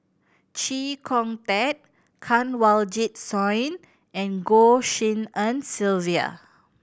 Chee Kong Tet Kanwaljit Soin and Goh Tshin En Sylvia